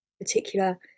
particular